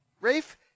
Rafe